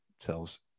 tells